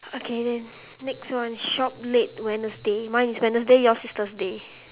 okay then next one shop late wednesday mine is wednesday yours is thursday